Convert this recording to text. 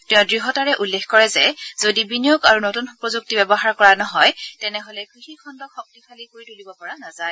তেওঁ দৃঢ়তাৰে উল্লেখ কৰে যে যদি বিনিয়োগ আৰু নতুন প্ৰযুক্তি ব্যৱহাৰ কৰা নহয় তেনেহ'লে কৃষিখণ্ডক শক্তিশালী কৰি তুলিব পৰা নাযায়